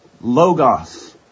Logos